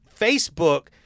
Facebook